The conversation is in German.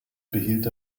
behielt